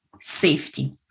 safety